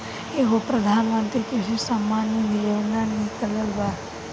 एगो प्रधानमंत्री कृषि सम्मान निधी योजना निकलल बा